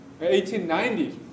1890